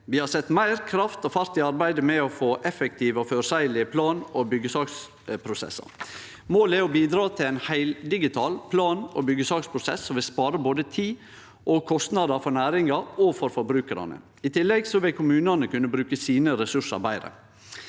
Vi har sett meir kraft og fart i arbeidet med å få effektive og føreseielege plan- og byggjesaksprosessar. Målet er å bidra til ein heildigital plan- og byggjesaksprosess, noko som vil spare både tid og kostnader for næringa og for forbrukarane. I tillegg vil kommunane kunne bruke ressursane